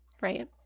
right